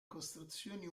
costruzioni